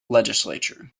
legislature